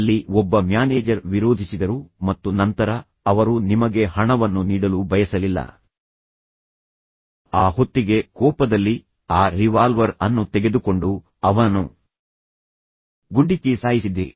ಅಲ್ಲಿ ಒಬ್ಬ ಮ್ಯಾನೇಜರ್ ವಿರೋಧಿಸಿದರು ಮತ್ತು ನಂತರ ಅವರು ನಿಮಗೆ ಹಣವನ್ನು ನೀಡಲು ಬಯಸಲಿಲ್ಲ ಆ ಹೊತ್ತಿಗೆ ಕೋಪದಲ್ಲಿ ಚಲಿಸಿದ ನೀವು ಆ ರಿವಾಲ್ವರ್ ಅನ್ನು ತೆಗೆದುಕೊಂಡು ಅವನನ್ನು ಗುಂಡಿಕ್ಕಿ ಸಾಯಿಸಿದ್ದೀರಿ